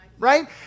right